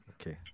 Okay